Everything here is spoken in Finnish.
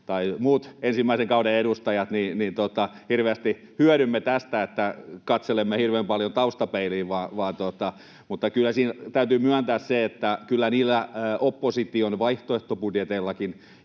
tai muut ensimmäisen kauden edustajat hirveästi hyödymme tästä, että katselemme hirveän paljon taustapeiliin. Mutta kyllä täytyy myöntää se, että kyllä niillä opposition vaihtoehtobudjeteillakin